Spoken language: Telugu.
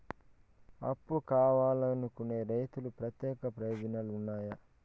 అప్పు కావాలనుకునే రైతులకు ప్రత్యేక ప్రయోజనాలు ఉన్నాయా?